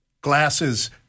glasses